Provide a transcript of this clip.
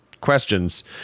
questions